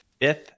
fifth